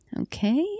Okay